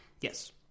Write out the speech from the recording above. Yes